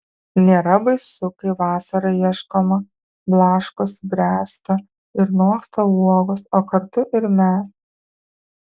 nėra baisu kai vasarą ieškoma blaškosi bręsta ir noksta uogos o kartu ir mes